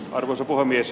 arvoisa puhemies